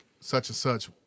such-and-such